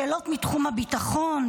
שאלות מתחום הביטחון,